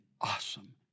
awesome